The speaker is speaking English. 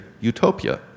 utopia